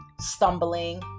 stumbling